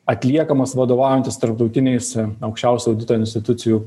atliekamas vadovaujantis tarptautiniais aukščiausio audito institucijų